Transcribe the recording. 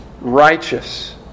Righteous